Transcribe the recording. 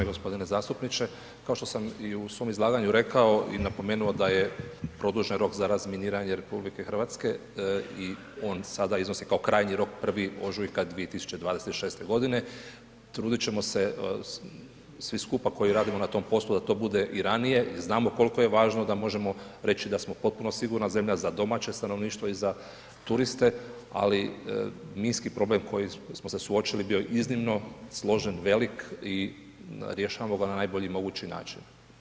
Poštovani gospodine zastupniče, kao što sam u svom izlaganju rekao i napomenuo da je produžen rok za razminiranje RH i on sada iznosi kao krajnji rok 1. ožujka 2026 g. truditi ćemo se svi skupa koji radimo na tom poslu, da to bude i ranije, znamo koliko je važno da možemo reći, da smo potpuno sigurna zemlja, za domaće stanovništvo i za turiste, ali minski problem, koji smo se suočili bio je iznimno složen, velik i rješavamo ga na najbolji mogući način.